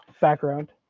background